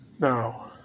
Now